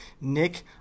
nick